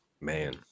Man